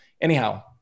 anyhow